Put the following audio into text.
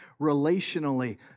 relationally